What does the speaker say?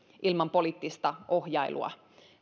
ilman poliittista ohjailua